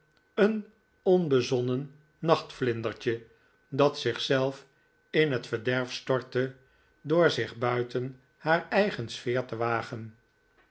een onbezonnen nachtvlindertje dat zichzelf in het verderf stortte door zich buiten haar eigen sfeer te wagen